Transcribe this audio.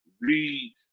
read